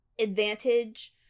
advantage